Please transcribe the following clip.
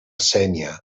sénia